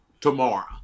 tomorrow